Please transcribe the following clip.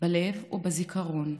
בלב ובזיכרון,